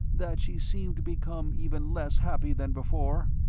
that she seemed to become even less happy than before?